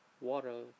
water